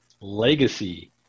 legacy